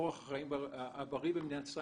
אורח החיים הבריא במדינת ישראל.